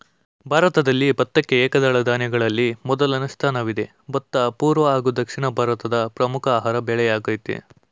ಭಾರತದಲ್ಲಿ ಭತ್ತಕ್ಕೆ ಏಕದಳ ಧಾನ್ಯಗಳಲ್ಲಿ ಮೊದಲ ಸ್ಥಾನವಿದೆ ಭತ್ತ ಪೂರ್ವ ಹಾಗೂ ದಕ್ಷಿಣ ಭಾರತದ ಪ್ರಮುಖ ಆಹಾರ ಬೆಳೆಯಾಗಯ್ತೆ